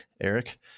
Eric